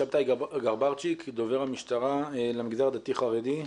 שבתאי גרברציק, דובר המשטרה למגזר הדתי חרדי.